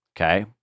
okay